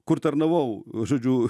kur tarnavau žodžiu